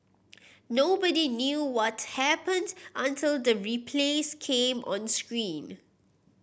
nobody knew what happened until the replays came on screen